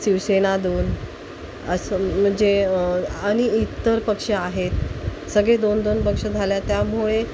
शिवसेना दोन असं म्हणजे आणि इतर पक्ष आहेत सगळे दोन दोन पक्ष झाल्या त्यामुळे